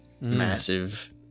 massive